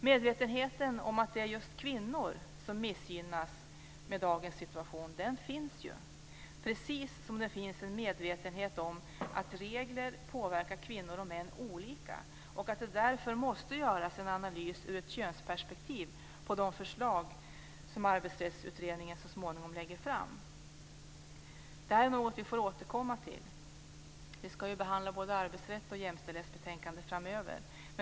Medvetenheten om att det är just kvinnor som missgynnas i dagens situation finns ju, precis som det finns en medvetenhet om att regler påverkar kvinnor och män olika och att det därför måste göras en analys ur ett könsperspektiv av de förslag som Arbetsrättsutredningen så småningom lägger fram. Det är något vi får återkomma till. Vi ska ju behandla både arbetsrättsbetänkande och jämställdhetsbetänkande framöver.